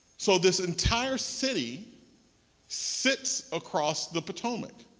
so this entire city sits across the potomac